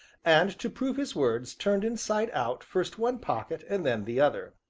and, to prove his words, turned inside out first one pocket and then the other.